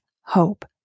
hope